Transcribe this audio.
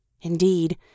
Indeed